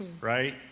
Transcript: right